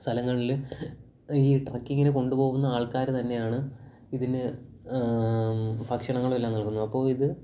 സ്ഥലങ്ങളിൽ ഈ ട്രക്കിങ്ങിന് കൊണ്ടുപോകുന്ന ആൾക്കാർ തന്നെയാണ് ഇതിന് ഭക്ഷണങ്ങളും എല്ലാം നൽകുന്നത് അപ്പോൾ ഇത്